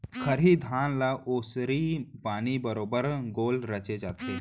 खरही धान ल ओसरी पानी बरोबर गोल रचे जाथे